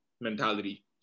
mentality